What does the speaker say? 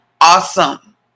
awesome